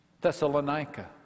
Thessalonica